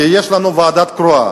כי יש לנו ועדה קרואה.